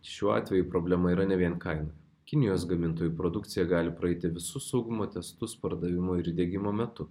šiuo atveju problema yra ne vien kainoj kinijos gamintojų produkcija gali praeiti visus saugumo testus pardavimo ir diegimo metu